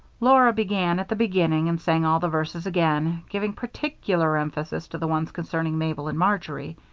laura began at the beginning and sang all the verses again, giving particular emphasis to the ones concerning mabel and marjory.